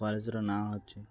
କଲେଜର ନାଁ ଅଛି